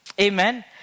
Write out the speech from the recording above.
Amen